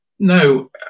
No